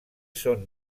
són